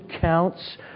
counts